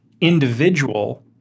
individual